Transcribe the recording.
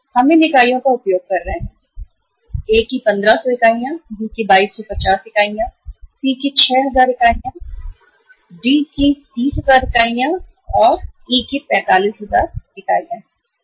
हम इन इकाइयों का उपयोग कर रहे हैं A की 1500 इकाइयाँ B की 2250 इकाइयाँ C की 6000 इकाइयाँ उत्पाद D की 30000 इकाइयाँ और उत्पाद ई की 45000 इकाइयाँ हैं